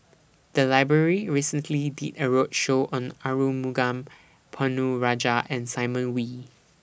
The Library recently did A roadshow on Arumugam Ponnu Rajah and Simon Wee